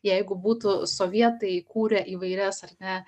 jeigu būtų sovietai kūrę įvairias ar ne